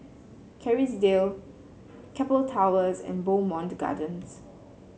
Kerrisdale Keppel Towers and Bowmont Gardens